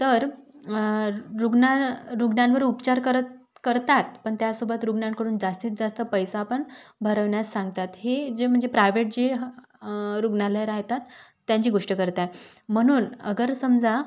तर रुग्णा रुग्णांवर उपचार करत करतात पण त्यासोबत रुग्णांकडून जास्तीत जास्त पैसा पन भरविण्यास सांगतात हे जे म्हणजे प्रायव्हेट जे ह रुग्णालय राह्यतात त्यांची गोष्ट करत आहे म्हणून अगर समजा